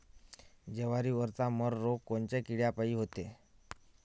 जवारीवरचा मर रोग कोनच्या किड्यापायी होते?